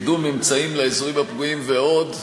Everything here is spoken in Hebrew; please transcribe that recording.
קידום אמצעים לאזורים הפגועים ועוד.